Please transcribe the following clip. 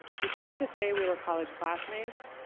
we so like to say we were college classmates,